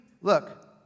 look